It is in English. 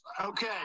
Okay